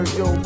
yo